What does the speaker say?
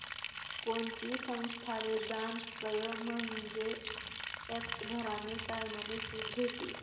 कोणती संस्थाले दान कयं म्हंजे टॅक्स भरानी टाईमले सुट भेटी